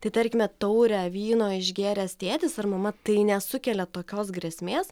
tai tarkime taurę vyno išgėręs tėtis ar mama tai nesukelia tokios grėsmės